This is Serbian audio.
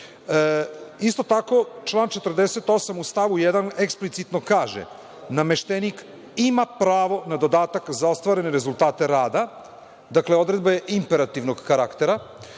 tako, član 48. u stavu 1. eksplicitno kaže – nameštenik ima pravo na dodatak za ostvarene rezultate rada. Dakle, odredba je imperativnog karaktera.